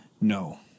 no